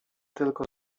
tylko